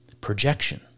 projection